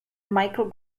michael